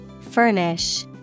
Furnish